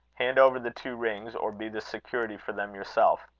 hand over the two rings, or be the security for them yourself.